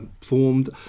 formed